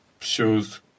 shows